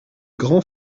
grand